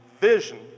vision